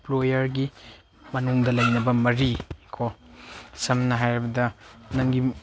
ꯏꯝꯄ꯭ꯂꯣꯌꯔꯒꯤ ꯃꯅꯨꯡꯗ ꯂꯩꯅꯕ ꯃꯔꯤꯀꯣ ꯁꯝꯅ ꯍꯥꯏꯔꯕꯗ ꯅꯪꯒꯤ